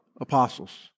apostles